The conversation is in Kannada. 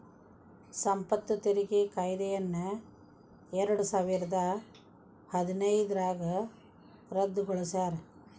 ಸಂಪತ್ತು ತೆರಿಗೆ ಕಾಯ್ದೆಯನ್ನ ಎರಡಸಾವಿರದ ಹದಿನೈದ್ರಾಗ ರದ್ದುಗೊಳಿಸ್ಯಾರ